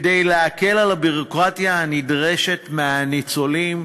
כדי להקל את הביורוקרטיה הנדרשת מהניצולים,